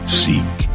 seek